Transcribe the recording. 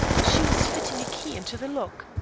she was fitting a key into the lock.